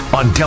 on